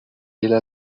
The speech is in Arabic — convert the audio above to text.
إلى